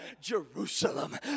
Jerusalem